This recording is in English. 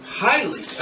highly